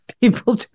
people